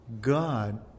God